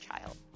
child